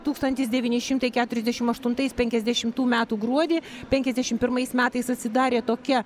tūkstantis devyni šimtai keturiasdešim aštuntais penkiasdešimtų metų gruodį penkiasdešim pirmais metais atsidarė tokia